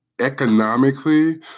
economically